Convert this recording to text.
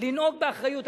לנהוג באחריות.